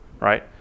right